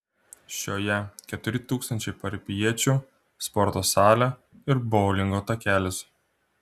šioje keturi tūkstančiai parapijiečių sporto salė ir boulingo takelis